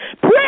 Pray